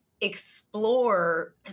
explore